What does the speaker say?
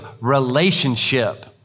relationship